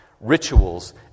rituals